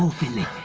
finley?